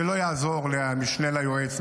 ולא יעזור למשנה ליועצת,